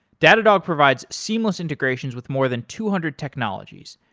datadog provides seamless integrations with more than two hundred technologies,